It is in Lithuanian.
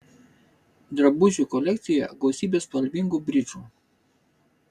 drabužių kolekcijoje gausybė spalvingų bridžų